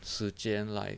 时间来